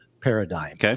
paradigm